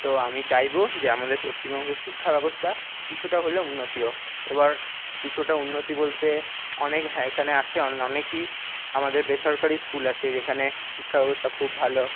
তো আমি চাইব যে আমাদের পশ্চিমবঙ্গের শিক্ষাব্যবস্থা কিছুটা হলেও উন্নতি হোক এবার কিছুটা উন্নতি বলতে অনেক হ্যাঁ এখানে আছে অন অনেকই আমাদের বেসরকারি স্কুল আছে যেখানে শিক্ষাব্যবস্থ খুব ভালো